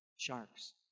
Sharks